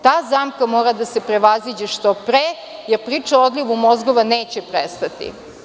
Ta zamka mora da se prevaziđe što pre, jer priča o odlivu mozgova neće prestati.